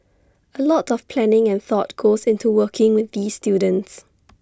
A lot of planning and thought goes into working with these students